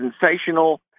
sensational